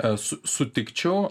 a su sutikčiau